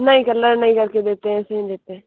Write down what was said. नहीं कलर नहीं कर के देते हैं ऐसे ही देते हैं